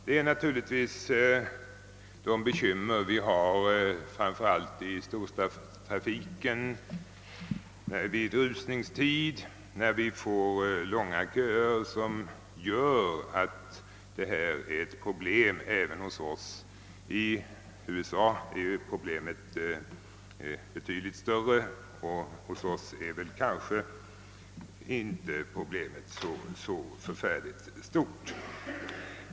Det är naturligtvis de bekymmer vi har framför allt i storstadstrafiken vid rusningstid, när vi får långa köer, som gör att detta är ett problem även hos oss. I USA är ju problemet betydligt större, och hos oss är kanske inte problemet så förfärligt stort.